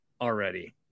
already